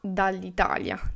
dall'Italia